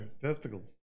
testicles